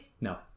No